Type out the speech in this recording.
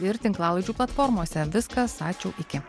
ir tinklalaidžių platformose viskas ačiū iki